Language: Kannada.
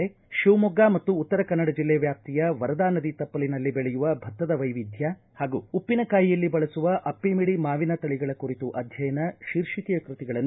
ಿ ತಿವಮೊಗ್ಗ ಮತ್ತು ಉತ್ತರ ಕನ್ನಡ ಜಿಲ್ಲೆ ವ್ಯಾಪ್ತಿಯ ವರದಾ ನದಿ ತಪ್ಪಲಿನಲ್ಲಿ ಬೆಳೆಯುವ ಭತ್ತದ ವೈವಿಧ್ಯ ಹಾಗೂ ಉಪ್ಪಿನಕಾಯಿಯಲ್ಲಿ ಬಳಸುವ ಅಪ್ಪಿಮಿಡಿ ಮಾವಿನ ತಳಿಗಳ ಕುರಿತು ಅಧ್ಯಯನ ಶೀರ್ಷಿಕೆಯ ಕೃತಿಗಳನ್ನು